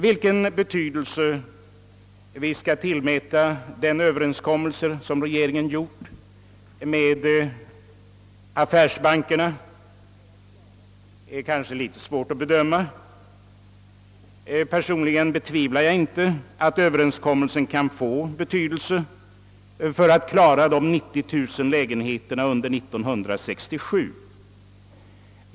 Vilken betydelse vi skall tillmäta den överenskommelse som regeringen gjort med affärsbankerna är kanske litet svår att bedöma. Personligen betvivlar jag inte att överenskommelsen kan få betydelse för att klara de 90 000 lägenheterna under 1967.